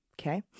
Okay